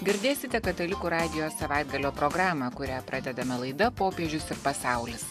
girdėsite katalikų radijo savaitgalio programą kurią pradedame laida popiežius ir pasaulis